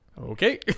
okay